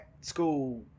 school